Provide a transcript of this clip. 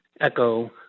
Echo